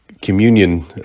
communion